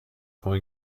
font